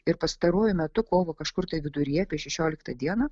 ir pastaruoju metu kovo kažkur tai viduryje apie šešioliktą dieną